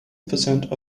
percent